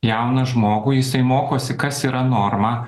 jauną žmogų jisai mokosi kas yra norma